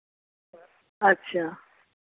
अच्छा